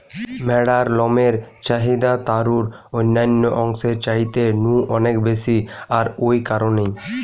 ম্যাড়ার লমের চাহিদা তারুর অন্যান্য অংশের চাইতে নু অনেক বেশি আর ঔ কারণেই